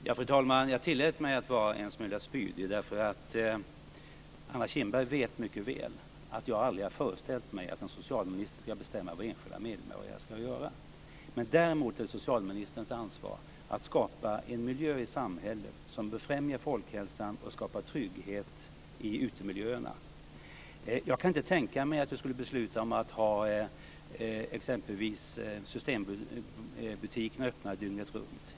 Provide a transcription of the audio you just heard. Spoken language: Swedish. Fru talman! Jag tillät mig att vara en smula spydig, därför att Anna Kinberg mycket väl vet att jag aldrig har föreställt mig att en socialminister ska bestämma vad enskilda medborgare ska göra. Däremot är det socialministerns ansvar att skapa en miljö i samhället som befrämjar folkhälsan och skapar trygghet i utemiljöerna. Jag kan inte tänka mig att vi skulle besluta att exempelvis ha systembutikerna öppna dygnet runt.